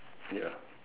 ya